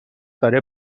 داره